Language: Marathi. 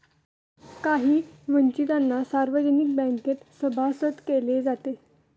काही वंचितांना सार्वजनिक बँकेत सभासद केले जाते